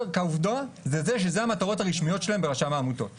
העובדה היא שאלה המטרות הרשמיות שלהם ברשם העמותות.